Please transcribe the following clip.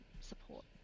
support